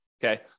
Okay